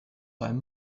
beim